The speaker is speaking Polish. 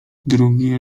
drugie